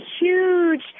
huge